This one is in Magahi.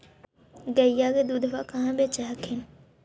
गया के दूधबा कहाँ बेच हखिन?